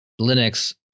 Linux